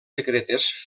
secretes